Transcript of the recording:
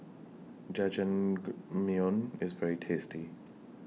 Jajangmyeon IS very tasty